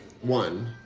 One